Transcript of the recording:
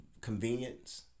convenience